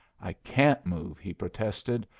i can't move! he protested.